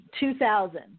2000